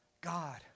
God